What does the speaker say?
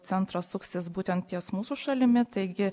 centras suksis būtent ties mūsų šalimi taigi